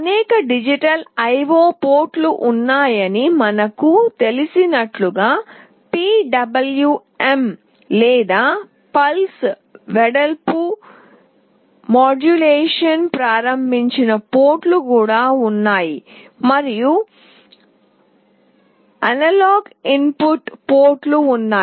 అనేక digital I O పోర్ట్లు ఉన్నాయని మనకు తెలిసినట్లుగా PWM లేదా పల్స్ వెడల్పు మాడ్యులేషన్ ప్రారంభించబడిన పోర్ట్లు కూడా ఉన్నాయి మరియు అనలాగ్ ఇన్పుట్ పోర్ట్లు ఉన్నాయి